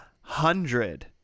hundred